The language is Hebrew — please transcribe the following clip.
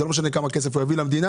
זה לא משנה כמה כסף הוא יביא למדינה.